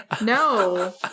No